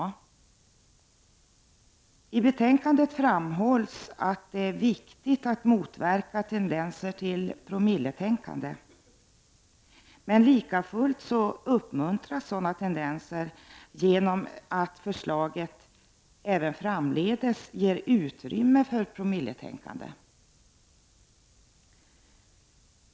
I betänkandet framhålls att det är viktigt att motverka tendenser till promilletänkande. Men likafullt uppmuntras sådana tendenser, eftersom man, enligt förslaget, även framdeles skall ge utrymme för promilletänkande.